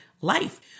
life